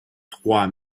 trois